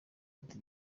party